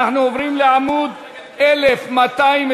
אנחנו עוברים לעמוד 1229,